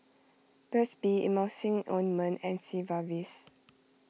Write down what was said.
Burt's Bee Emulsying Ointment and Sigvaris